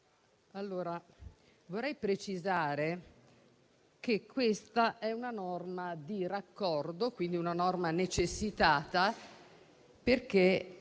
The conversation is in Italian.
vorrei precisare che questa è una norma di raccordo, quindi una norma necessitata, perché